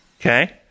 okay